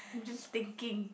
I'm just thinking